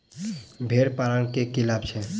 भेड़ पालन केँ की लाभ छै?